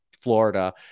Florida